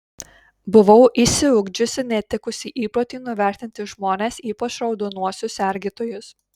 buvau išsiugdžiusi netikusį įprotį nuvertinti žmones ypač raudonuosius sergėtojus